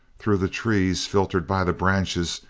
through the trees, filtered by the branches,